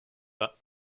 that